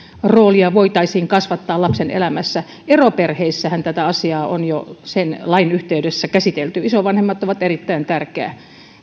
roolia voitaisiin kasvattaa lapsen elämässä eroperheiden osaltahan tätä asiaa on jo kyseisen lain yhteydessä käsitelty isovanhemmat ovat erittäin tärkeä